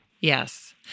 Yes